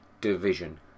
division